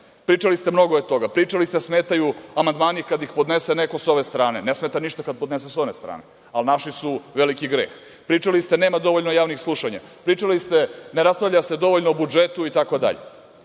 Pričali ste mnogo je toga, pričali ste da smetaju amandmani kada ih podnese neko sa ove strane, a ne smeta ništa kada ih podnesu sa ove strane, ali naši su veliki greh. Pričali ste da nema dovoljno javnih slušanja, pričali ste da se ne raspravlja dovoljno o budžetu itd.